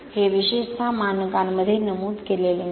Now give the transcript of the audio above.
हे विशेषतः मानकांमध्ये नमूद केलेले नाही